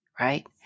right